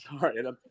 sorry